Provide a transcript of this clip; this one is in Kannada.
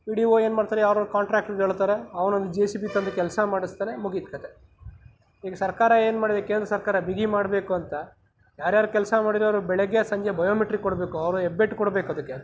ಪಿ ಡಿ ಒ ಏನು ಮಾಡ್ತಾರೆ ಯಾರು ಅವ್ರ ಕಾಂಟ್ರಾಕ್ಟರ್ಗಳಿರ್ತಾರೆ ಅವ್ನ ಒನ್ ಜೆ ಸಿ ಬಿ ತಂದು ಕೆಲಸ ಮಾಡಿಸ್ತಾರೆ ಮುಗೀತು ಕಥೆ ಈಗ ಸರ್ಕಾರ ಏನು ಮಾಡ್ಬೇಕು ಕೇಂದ್ರ ಸರ್ಕಾರ ಬಿಗಿ ಮಾಡಬೇಕು ಅಂತ ಯಾರ್ಯಾರು ಕೆಲಸ ಮಾಡಿದಾರೆ ಅವ್ರ ಬೆಳಿಗ್ಗೆ ಸಂಜೆ ಬಯೋ ಮೆಟ್ರಿಕ್ ಕೊಡಬೇಕು ಅವ್ರು ಹೆಬ್ಬೆಟ್ ಕೊಡ್ಬೇಕು ಅದಕ್ಕೆ